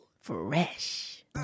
Fresh